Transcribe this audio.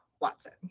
Watson